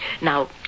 Now